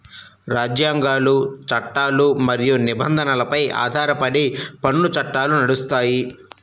రాజ్యాంగాలు, చట్టాలు మరియు నిబంధనలపై ఆధారపడి పన్ను చట్టాలు నడుస్తాయి